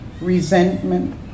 resentment